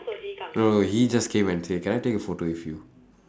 no no he just came and say can I take a photo with you